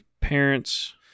parents